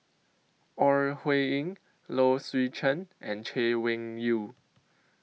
Ore Huiying Low Swee Chen and Chay Weng Yew